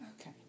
Okay